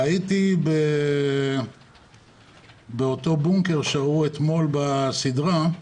הייתי באותו בונקר שראו אתמול בסדרה.